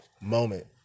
moment